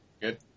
Good